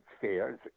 fears